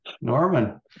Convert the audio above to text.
Norman